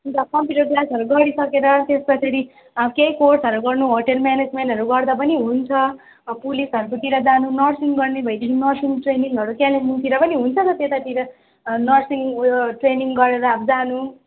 अन्त कम्प्युटर क्लासहरू गरिसकेर त्यसपछाडि केही कोर्सहरू गर्नु होटेल म्यानेजमेन्टहरू गर्दा पनि हुन्छ पुलिसहरूकोतिर जानु नर्सिङ गर्ने भएदेखि नर्सिङ ट्रेनिङहरू कालिम्पोङतिर पनि हुन्छ त त्यतातिर नर्सिङ उयो ट्रेनिङ गरेर अब जानु